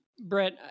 Brett